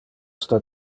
sta